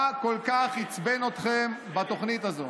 מה כל כך עצבן אתכם בתוכנית הזו.